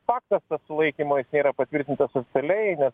faktas tas sulaikymo jis nėra patvirtintas oficialiai nes